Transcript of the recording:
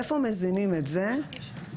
איפה מזינים את זה בתיק?